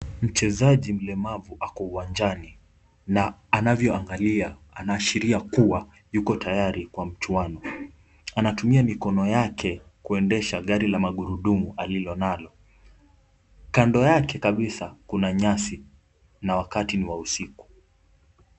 Mchezaji mlemavu ako uwanjani na anavyoangalia anaashiria kuwa yuko tayari kwa mchuano. Anatumia mikono yake kuendesha gari la magurudumu alilonalo. Kando yake kabisa kuna nyasi na wakati ni wa usiku.